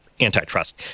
antitrust